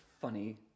funny